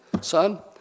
son